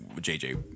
JJ